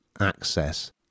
access